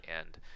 end